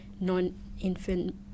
non-infant